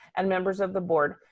and members of the board,